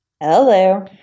Hello